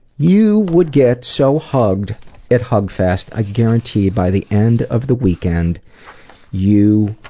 you would get so hugged at hugfest. i guaranteed by the end of the weekend you